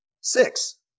Six